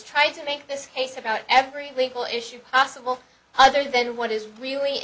tried to make this case about every legal issue possible other than what is really